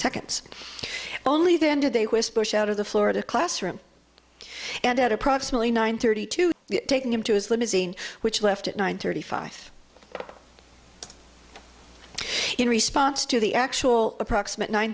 seconds only then did they whisper shout of the florida classroom and at approximately nine thirty two taking him to his limousine which left at nine thirty five in response to the actual approximate nine